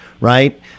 Right